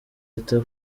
leta